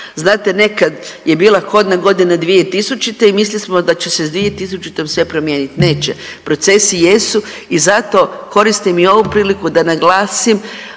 znate nekad je bila kodna godina 2000. i mislili smo da će se s 2000. sve promijenit, neće, procesi jesu i zato koristim i ovu priliku da naglasim